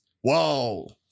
Whoa